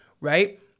right